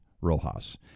Rojas